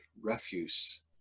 refuse